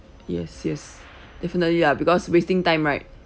yes yes definitely lah because wasting time right